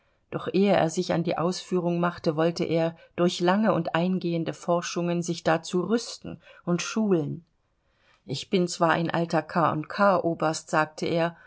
doch ehe er sich an die ausführung machte wollte er durch lange und eingehende forschungen sich dazu rüsten und schulen ich bin zwar ein alter k k oberst sagte er